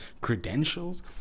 credentials